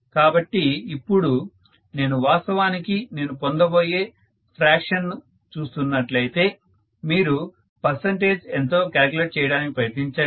కాబట్టి ఇప్పుడు నేను వాస్తవానికి నేను పొందబోయే ఫ్రాక్షన్ ను చూస్తున్నట్లయితే వీరు పర్సంటేజ్ ఎంతో క్యాలిక్యులేట్ చేయడానికి ప్రయత్నించండి